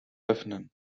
öffnen